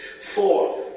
Four